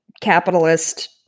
capitalist